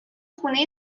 خونه